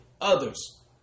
others